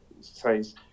says